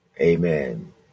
Amen